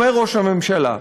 אומר ראש הממשלה,